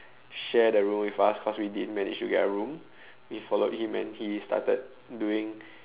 share the room with us cause we didn't manage to get a room we followed him and he started doing